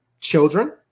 children